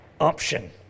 option